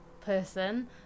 person